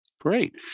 Great